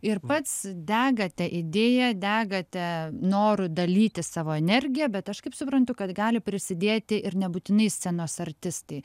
ir pats degate idėja degate noru dalytis savo energija bet aš kaip suprantu kad gali prisidėti ir nebūtinai scenos artistai